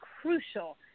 crucial